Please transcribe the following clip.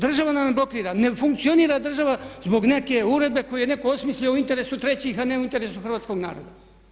Država nam je blokirana, ne funkcionira država zbog neke uredbe koju je netko osmislio u interesu trećih, a ne u interesu hrvatskog naroda.